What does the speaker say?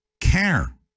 CARE